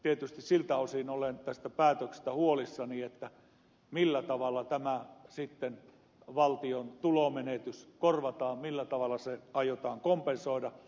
tietysti siltä osin olen tästä päätöksestä huolissani millä tavalla tämä valtion tulonmenetys sitten korvataan millä tavalla se aiotaan kompensoida